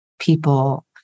people